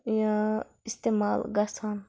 یا اِستعمال گَژھان